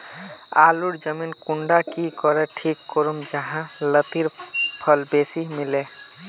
आलूर जमीन कुंडा की करे ठीक करूम जाहा लात्तिर फल बेसी मिले?